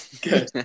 Good